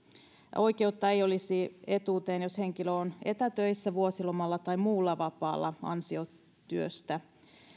ja oikeutta etuuteen ei olisi jos henkilö on etätöissä vuosilomalla tai muulla vapaalla ansiotyöstä eikä oikeutta